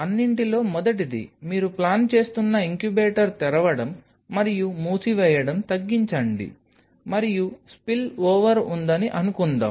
అన్నింటిలో మొదటిది మీరు ప్లాన్ చేస్తున్న ఇంక్యుబేటర్ తెరవడం మరియు మూసివేయడం తగ్గించండి మరియు స్పిల్ఓవర్ ఉందని అనుకుందాం